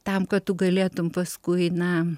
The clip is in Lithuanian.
tam kad tu galėtum paskui na